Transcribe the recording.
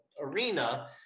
arena